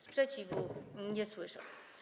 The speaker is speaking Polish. Sprzeciwu nie słyszę.